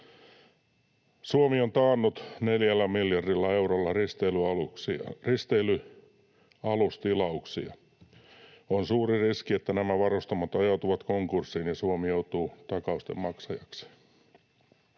Suomi on taannut 4 miljardilla eurolla risteilyalustilauksia. On suuri riski, että nämä varustamot ajautuvat konkurssiin ja Suomi joutuu takausten maksajaksi.